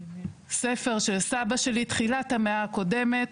(מציגה ספר) ספר של סבא שלי, תחילת המאה הקודמת.